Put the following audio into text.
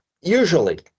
Usually